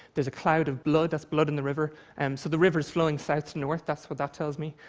there's a cloud of blood. that's blood in the river. and so the river is flowing south to north. that's what that tells me.